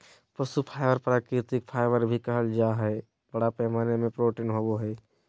पशु फाइबर प्राकृतिक फाइबर भी कहल जा हइ, बड़ा पैमाना में प्रोटीन होवो हइ